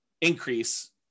increase